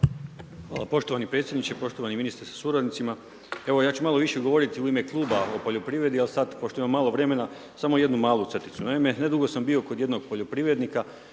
Hvala poštovani predsjedniče, poštovani ministre sa suradnicima, ja ću malo više govoriti u ime kluba o poljoprivredi, a sada pošto imamo malo vremena, samo jednu malu crticu. Naime, nedugo sam bio kod jednog poljoprivrednika